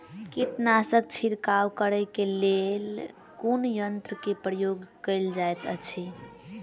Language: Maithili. कीटनासक छिड़काव करे केँ लेल कुन यंत्र केँ प्रयोग कैल जाइत अछि?